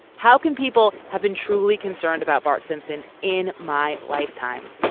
how can people have been truly concerned about bart simpson in my lifetime.